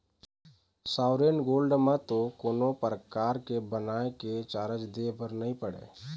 sovereign gold म तो कोनो परकार के बनाए के चारज दे बर नइ पड़य